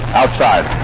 outside